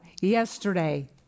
yesterday